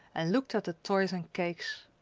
and looked at the toys and cakes.